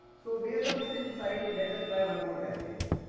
so based on this insight, let us try one more test case.